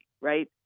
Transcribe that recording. right